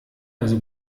also